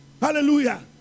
Hallelujah